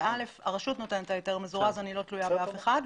ב-א' הרשות נותנת את ההיתר המזורז ואני לא תלויה באף אחד,